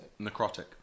Necrotic